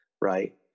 right